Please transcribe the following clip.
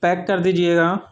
pack کر دیجیے گا